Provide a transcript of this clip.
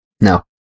No